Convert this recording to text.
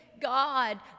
God